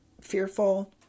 fearful